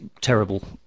terrible